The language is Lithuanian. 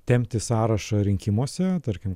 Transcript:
tempti sąrašą rinkimuose tarkim